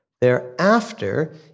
Thereafter